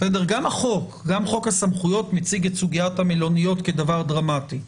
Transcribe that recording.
גם חוק הסמכויות מציג את סוגיית המלוניות כדבר דרמטי.